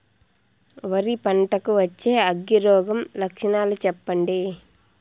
వరి పంట కు వచ్చే అగ్గి రోగం లక్షణాలు చెప్పండి?